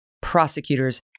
prosecutors